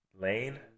lane